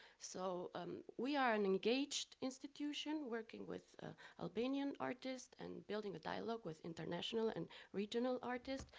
so we are an engaged institution working with albanian artists and building a dialogue with international and regional artists.